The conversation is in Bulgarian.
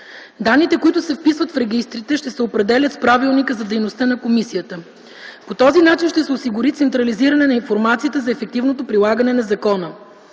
Данните, които се вписват в регистрите, ще се определят с правилника за дейността на комисията. По този начин ще се осигури централизиране на информацията за ефективното прилагане на закона.